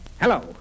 Hello